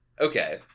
Okay